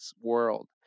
world